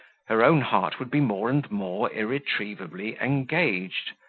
her own heart would be more and more irretrievably engaged,